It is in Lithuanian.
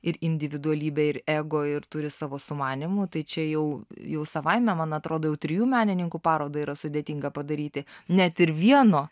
ir individualybė ir ego ir turi savo sumanymų tai čia jau jau savaime man atrodo jau trijų menininkų parodą yra sudėtinga padaryti net ir vieno